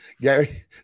Gary